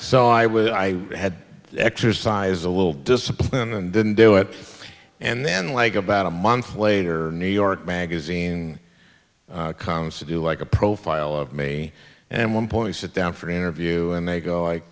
so i was i had exercise a little discipline and didn't do it and then like about a month later new york magazine constitute like a profile of me and one point sit down for interview and they go i